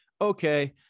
okay